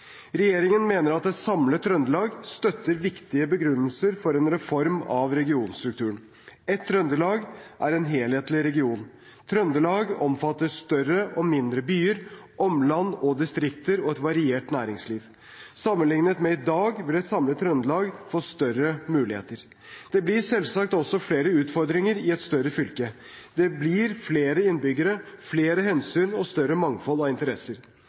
Regjeringen mener at et samlet Trøndelag støtter viktige begrunnelser for en reform av regionstrukturen. Ett Trøndelag er en helhetlig region. Trøndelag omfatter større og mindre byer, omland og distrikter og et variert næringsliv. Sammenliknet med i dag vil et samlet Trøndelag få større muligheter. Det blir selvsagt også flere utfordringer i et større fylke. Det blir flere innbyggere, flere hensyn å ta og større mangfold av interesser.